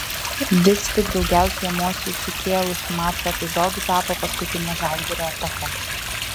vis tik daugiausiai emocijų sukėlusiu mačo epizodu tapo paskutinė žalgirio ataka